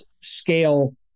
scale